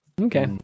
Okay